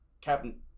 Captain